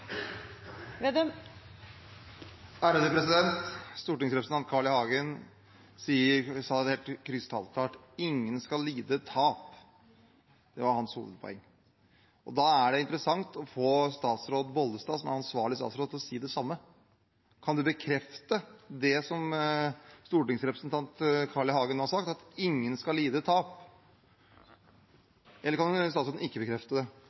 Vedum har hatt ordet to ganger tidligere og får ordet til en kort merknad, begrenset til 1 minutt. Stortingsrepresentanten Carl I. Hagen sa helt krystallklart at ingen skal lide tap. Det var hans hovedpoeng. Da vil det være interessant å få statsråd Olaug V. Bollestad, som er ansvarlig statsråd, til å si det samme. Kan statsråden bekrefte det stortingsrepresentanten Carl I. Hagen har sagt, at ingen skal lide